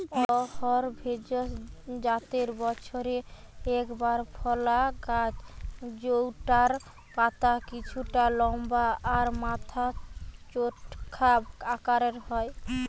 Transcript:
অড়হর ভেষজ জাতের বছরে একবার ফলা গাছ জউটার পাতা কিছুটা লম্বা আর মাথা চোখা আকারের হয়